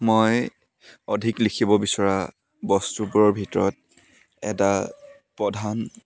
মই অধিক লিখিব বিচৰা বস্তুবোৰৰ ভিতৰত এটা প্ৰধান